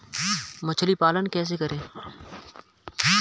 मछली पालन कैसे करें?